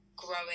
growing